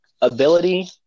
ability